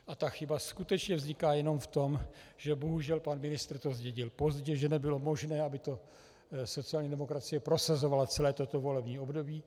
A ta chyba skutečně vzniká jenom v tom, že bohužel pan ministr to zdědil pozdě, že nebylo možné, aby to sociální demokracie prosazovala celé toto volební období.